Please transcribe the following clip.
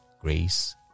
grace